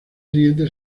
siguiente